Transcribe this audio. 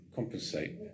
Compensate